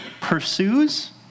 pursues